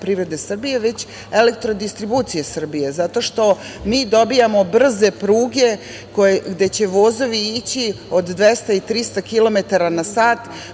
Srbije, već Elektrodistribucije Srbije, zato što mi dobijamo brze pruge, gde će vozovi ići od 200 i 300 kilometara